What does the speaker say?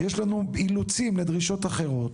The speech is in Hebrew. יש לנו אילוצים לדרישות אחרות